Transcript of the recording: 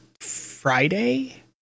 friday